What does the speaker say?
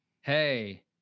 Hey